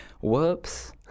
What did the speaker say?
whoops